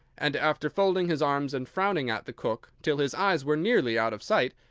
and, after folding his arms and frowning at the cook till his eyes were nearly out of sight,